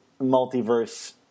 multiverse